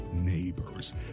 neighbors